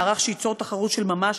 מערך שייצור תחרות של ממש